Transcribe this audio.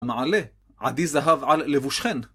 מעלה, עדי זהב על לבושכן.